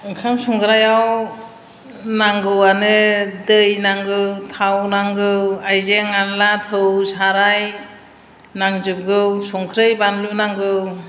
ओंखाम संग्रायाव नांगौआनो दै नांगौ थाव नांगौ आइजें आनला थौ साराय नांजोबगौ संख्रै बानलु नांगौ